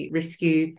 rescue